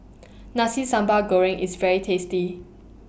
Nasi Sambal Goreng IS very tasty